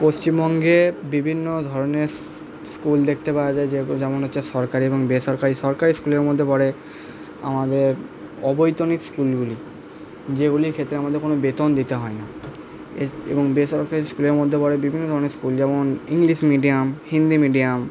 পশ্চিমবঙ্গে বিভিন্ন ধরণের স্কুল দেখতে পাওয়া যায় যেমন হচ্ছে সরকারি এবং বেসরকারি সরকারি স্কুলের মধ্যে পড়ে আমাদের অবৈতনিক স্কুলগুলি যেগুলির ক্ষেত্রে আমাদের কোনো বেতন দিতে হয় না এবং বেসরকারি স্কুলের মধ্যে পড়ে বিভিন্ন ধরণের স্কুল যেমন ইংলিশ মিডিয়াম হিন্দি মিডিয়াম